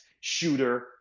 shooter